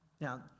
Now